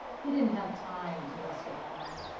he didn't have time to mess around.